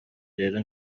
rero